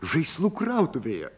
žaislų krautuvėje